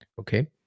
okay